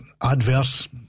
adverse